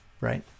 right